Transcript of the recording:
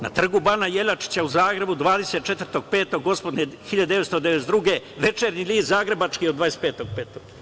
Na Trgu Bana Jelačića, u Zagrebu, 24.05.1992. godine, Večernji list zagrebački od 25.05.